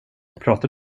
pratar